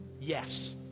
Yes